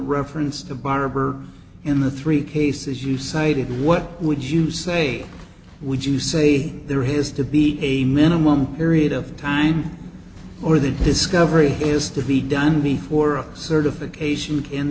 reference to the barber in the three cases you cited what would you say would you say there has to be a minimum period of time or the discovery is to be done before certification an